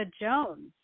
Jones